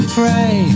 pray